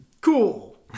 cool